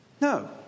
No